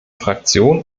fraktion